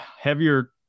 heavier